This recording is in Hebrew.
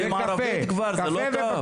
אתם כבר לא יודעים ערבית, זה לא טוב.